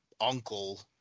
uncle